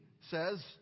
says